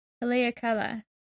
Haleakala